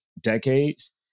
decades